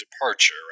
departure